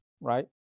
right